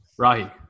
Rahi